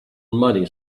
money